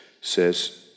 says